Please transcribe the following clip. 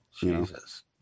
Jesus